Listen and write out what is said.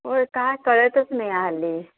होय काय कळतच नाही आली